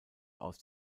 aus